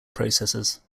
processes